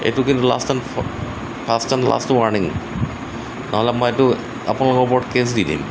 এইটো কিন্তু last and first and last warning নহ'লে মই এইটো আপোনালোকৰ ওপৰত কেছ দি দিম